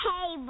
Hey